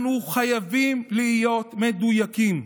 אנחנו חייבים להיות מדויקים.